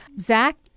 Zach